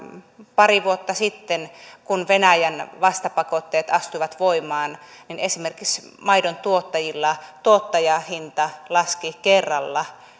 pari vuotta sitten kun venäjän vastapakotteet astuivat voimaan esimerkiksi maidontuottajilla tuottajahinta laski kerralla